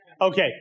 Okay